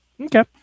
Okay